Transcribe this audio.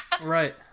Right